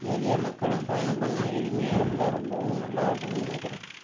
எளிய மக்களும் பயணம் பண்ண எளிமையாக இருந்தால் ரொம்பவும் நல்லா இருக்கும்னு நினைக்கிறேன்